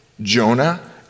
Jonah